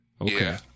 Okay